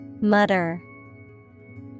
Mutter